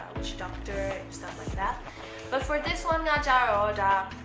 which doctor. stuffs like that but for this one, ah ah